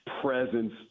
presence